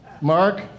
Mark